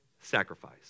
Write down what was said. sacrifice